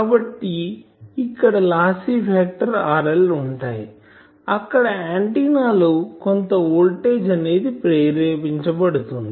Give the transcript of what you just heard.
కాబట్టి ఇక్కడ లాసి పార్ట్ RL ఉంటాయి అక్కడ ఆంటిన్నా లో కొంత వోల్టేజ్ అనేది ప్రేరేపించబడుతుంది